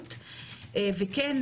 החקלאות וכן,